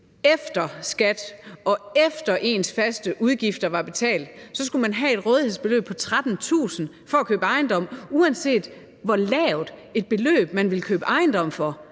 efter skat, og efter at ens faste udgifter var betalt, skulle have et rådighedsbeløb på 13.000 kr. for at kunne købe ejendom, uanset hvor lavt et beløb man ville købe ejendom for.